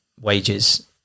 wages